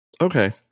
Okay